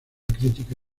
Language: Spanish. crítica